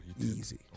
easy